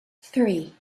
three